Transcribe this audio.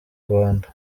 rwanda